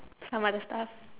some other stuff